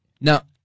Now